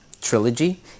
trilogy